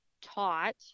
taught